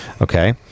Okay